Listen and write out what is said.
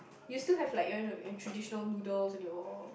you still have like your you know your traditional noodles and your